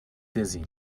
dizzy